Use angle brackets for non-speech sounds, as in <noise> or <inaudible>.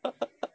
<laughs>